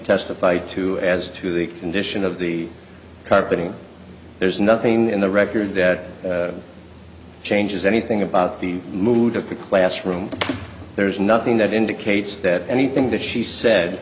testified to as to the condition of the carpeting there's nothing in the record that changes anything about the mood of the classroom there's nothing that indicates that anything that she said